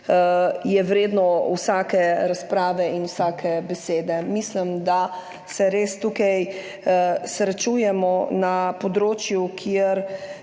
je vredno vsake razprave in vsake besede. Mislim, da se tukaj res srečujemo na področju, kjer